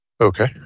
Okay